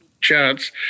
chance